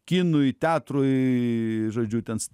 kinui teatrui žodžiu ten